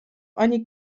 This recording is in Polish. ani